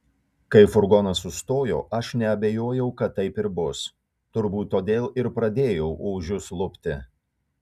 kai furgonas sustojo aš neabejojau kad taip ir bus turbūt todėl ir pradėjau ožius lupti